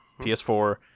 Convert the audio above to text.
ps4